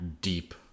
deep